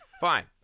Fine